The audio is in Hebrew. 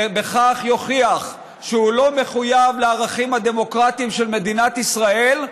ובכך יוכיח שהוא לא מחויב לערכים הדמוקרטיים של מדינת ישראל,